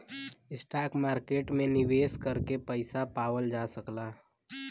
stock market में निवेश करके पइसा पावल जा सकला